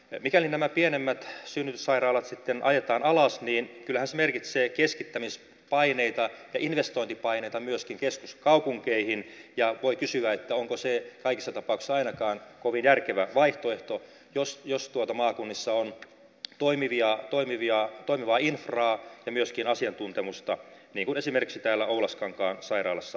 mikäli nämä pienemmät synnytyssairaalat sitten ajetaan alas niin kyllähän se merkitsee keskittämispaineita ja investointipaineita myöskin keskuskaupunkeihin ja voi kysyä onko se kaikissa tapauksissa ainakaan kovin järkevä vaihtoehto jos maakunnissa on toimivaa infraa ja myöskin asiantuntemusta niin kuin esimerkiksi täällä oulaskankaan sairaalassa on